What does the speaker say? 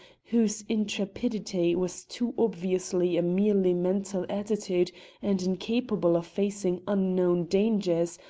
whose intrepidity was too obviously a merely mental attitude and incapable of facing unknown dangers,